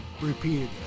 repeated